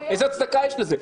איזו הצדקה יש לזה?